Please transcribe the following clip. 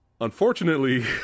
Unfortunately